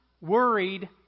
worried